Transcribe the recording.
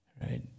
right